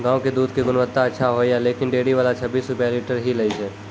गांव के दूध के गुणवत्ता अच्छा होय या लेकिन डेयरी वाला छब्बीस रुपिया लीटर ही लेय छै?